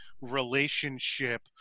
relationship